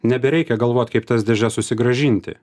nebereikia galvot kaip tas dėžes susigrąžinti